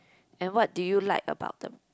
and what do you like about the